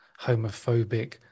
homophobic